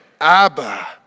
Abba